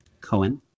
Cohen